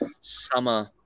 summer